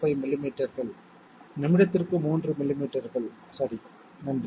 05 மில்லிமீட்டர்கள் நிமிடத்திற்கு 3 மில்லிமீட்டர்கள் சரி நன்றி